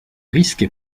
risques